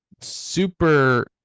Super